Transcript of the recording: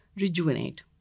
rejuvenate